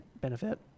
benefit